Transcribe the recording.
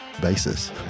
basis